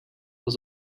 was